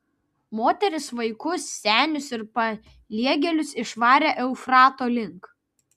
moteris vaikus senius ir paliegėlius išvarė eufrato link